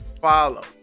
follow